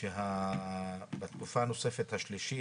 נאמר כי בתקופה הנוספת השלישית